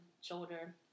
shoulder